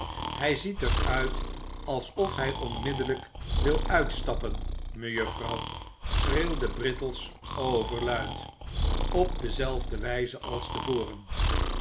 hij ziet er uit alsof hij onmiddellijk wil uitstappen mejuffrouw schreeuwde brittles overluid op dezelfde wijze als te voren